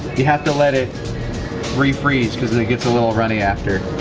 you have to let it refreeze because it gets a little runny after.